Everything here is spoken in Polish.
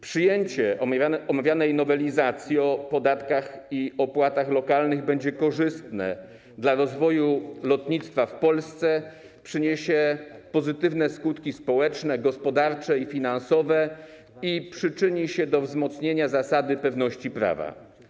Przyjęcie omawianej nowelizacji ustawy o podatkach i opłatach lokalnych będzie korzystne dla rozwoju lotnictwa w Polsce, przyniesie pozytywne skutki społeczne, gospodarcze i finansowe i przyczyni się do wzmocnienia zasady pewności prawa.